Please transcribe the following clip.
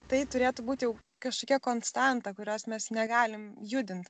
tai turėtų būti jau kažkokia konstanta kurios mes negalim judint